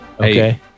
Okay